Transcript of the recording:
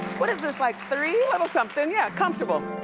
what is this, like, three? little something, yeah, comfortable.